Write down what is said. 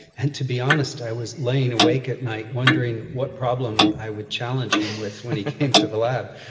and to be honest i was lying awake at night wondering what problem i would challenge him with when he came to the lab.